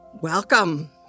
Welcome